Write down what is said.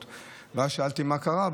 שאלתי מה קרה,